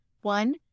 one